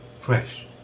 fresh